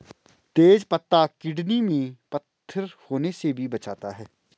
तेज पत्ता किडनी में पत्थर होने से भी बचाता है